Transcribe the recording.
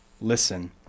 listen